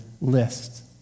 list